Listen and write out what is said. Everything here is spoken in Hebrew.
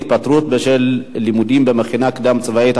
התפטרות בשל לימודים במכינה קדם-צבאית),